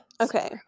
okay